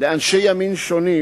לאנשי ימין שונים,